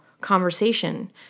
conversation